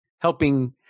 helping